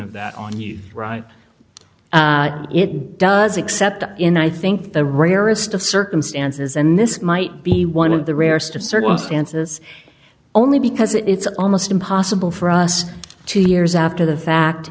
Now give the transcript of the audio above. of that on you right it does except in i think the rarest of circumstances and this might be one of the rarest of circumstances only because it's almost impossible for us two years after the fact